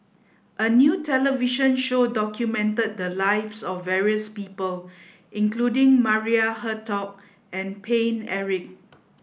a new television show documented the lives of various people including Maria Hertogh and Paine Eric